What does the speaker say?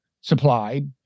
supplied